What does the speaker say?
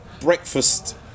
Breakfast